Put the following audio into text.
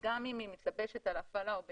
גם אם היא מתלבשת על הפעלה או בנפרד,